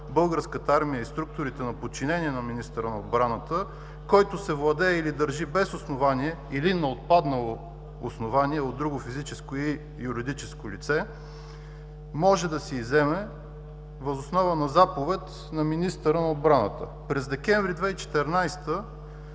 Българската армия и структурите на подчинение на министъра на отбраната, който се владее или държи без основание, или на отпаднало основание от друго физическо и юридическо лице, може да се изземе въз основа на заповед на министъра на отбраната. През декември 2014